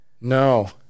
No